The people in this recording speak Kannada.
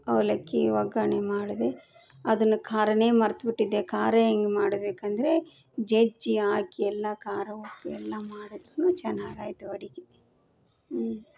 ಅವಲಕ್ಕಿ ಒಗ್ಗರ್ಣೆ ಮಾಡಿದೆ ಅದನ್ನ ಖಾರನೇ ಮರೆತ್ಬಿಟ್ಟಿದ್ದೆ ಖಾರ ಹೆಂಗ್ ಮಾಡಬೇಕಂದ್ರೆ ಜಜ್ಜಿ ಹಾಕಿ ಎಲ್ಲ ಖಾರ ಉಪ್ಪು ಎಲ್ಲ ಮಾಡಿದ ಮೇಲೆ ಚೆನ್ನಾಗಾಯ್ತು ಅಡುಗೆ